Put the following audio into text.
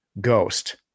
ghost